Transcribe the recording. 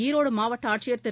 ஈரோடு மாவட்ட ஆட்சியர் திரு